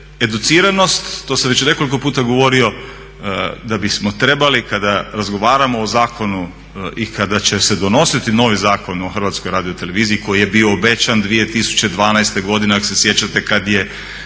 educiranost, to sam već nekoliko puta govorio da bismo trebali kada razgovaramo o zakonu i kada će se donositi novi Zakon o HRT-u koji je bio obećan 2012.godine ako se sjećate kad je